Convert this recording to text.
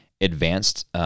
advanced